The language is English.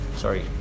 Sorry